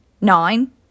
Nine